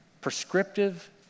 prescriptive